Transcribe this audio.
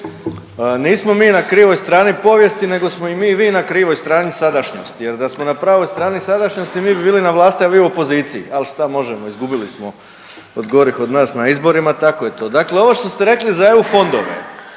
Nismo na krivoj strani povijesti nego smo i mi i vi na krivoj strani sadašnjosti jer da smo na pravoj strani sadašnjosti mi bi bili na vlasti, a vi u opoziciji, ali šta možemo izgubili smo od gorih od nas na izborima tako je to. Dakle, ovo što ste rekli za EU fondove,